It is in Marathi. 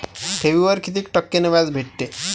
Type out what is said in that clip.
ठेवीवर कितीक टक्क्यान व्याज भेटते?